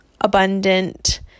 abundant